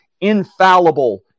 infallible